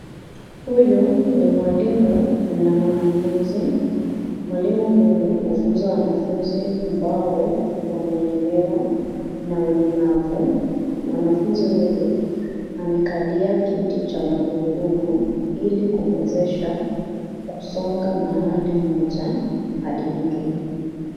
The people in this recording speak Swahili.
Huyu ni mwalimu na mwanafunzi. Mwalimu huyu hufunza wanafunzi ambao wamelemewa na ulemavu. Mwanafunzi huyu amekalia kiti cha magurudumu ili kumwezesha kusonga mahali moja hadi nyingine.